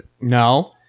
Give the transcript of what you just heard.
No